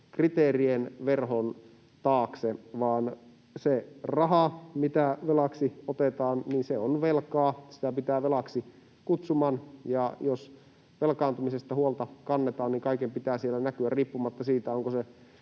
ympäristökriteerien verhon taakse, vaan se raha, mitä velaksi otetaan, on velkaa, sitä pitää velaksi kutsuman, ja jos velkaantumisesta huolta kannetaan, niin kaiken pitää siellä näkyä riippumatta siitä,